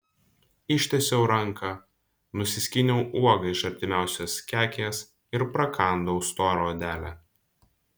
ištiesiau ranką nusiskyniau uogą iš artimiausios kekės ir prakandau storą odelę